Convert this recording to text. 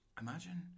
Imagine